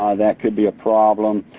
ah that could be a problem.